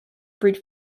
brute